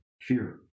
fear